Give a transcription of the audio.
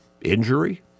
injury